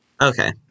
Okay